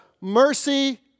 mercy